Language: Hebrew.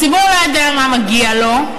הציבור לא יודע מה מגיע לו,